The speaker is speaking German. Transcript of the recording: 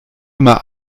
immer